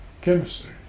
Chemistry